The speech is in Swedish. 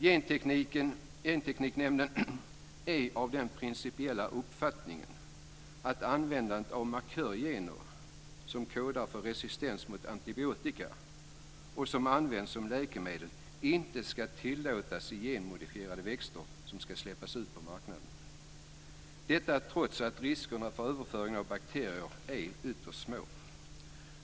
Gentekniknämnden är av den principiella uppfattningen att användandet av markörgener som kodar för resistens mot antibiotika och som används som läkemedel inte ska tillåtas i genmodifierade växter som ska släppas ut på marknaden - detta trots att riskerna för överföring till bakterier är ytterst små.